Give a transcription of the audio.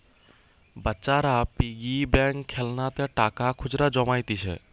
বাচ্চারা piggy bank খেলনাতে টাকা খুচরা জমাইতিছে